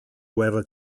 guerra